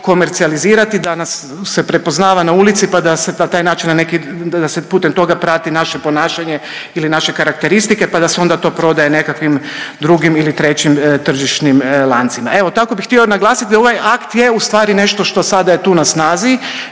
na ulici, pa da se na taj način, pa da se putem toga prati naše ponašanje ili naše karakteristike pa da se onda to prodaje nekakvim drugim ili trećim tržišnim lancima. Evo tako bih htio naglasiti da ovaj akt je u stvari nešto što sada je tu na snazi,